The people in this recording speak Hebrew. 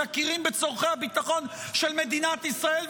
שמכירים בצורכי הביטחון של מדינת ישראל,